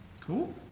Cool